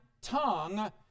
tongue